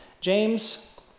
James